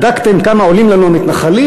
בדקתם כמה עולים לנו המתנחלים?